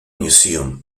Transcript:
museum